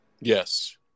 Yes